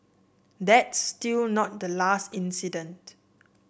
that's still not the last incident